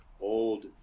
old